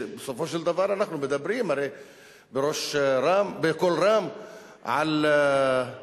כי בסופו של דבר אנחנו מדברים הרי בקול רם על רגישות